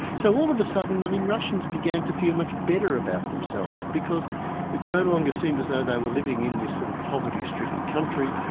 so all of a sudden, i mean, russians began to feel much better about themselves, because it no longer seemed as though they were living in this sort of poverty-stricken country.